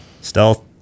Stealth